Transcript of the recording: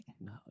No